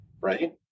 right